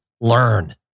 learn